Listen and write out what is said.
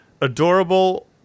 adorable